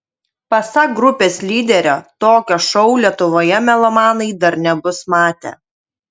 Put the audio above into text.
pasak grupės lyderio tokio šou lietuvoje melomanai dar nebus matę